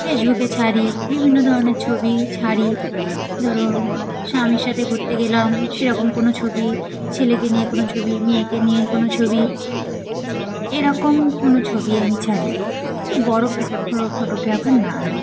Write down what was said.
ফেসবুকে ছাড়ি বিভিন্ন ধরনের ছবি ছাড়ি ধরো স্বামীর সাথে ঘুরতে গেলাম সেরকম কোনো ছবি ছেলেকে নিয়ে কোনো ছবি মেয়েকে নিয়ে কোনো ছবি এরকম কোনো ছবি আমি ছাড়ি কিন্তু বড়ো ফটোগ্রাফার